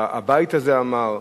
שהבית הזה אמר.